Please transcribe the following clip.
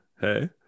Hey